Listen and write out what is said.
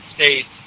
States